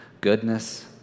goodness